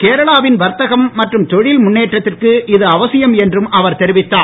கேரளாவின் வர்த்தகம் மற்றும் தொழில் முன்னேற்றத்திற்கு இது அவசியம் என்று அவர் தெரிவித்தார்